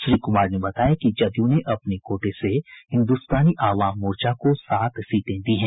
श्री कुमार ने बताया कि जदयू ने अपने कोटे से हिन्दुस्तानी आवाम मोर्चा को सात सीटें दी हैं